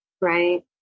Right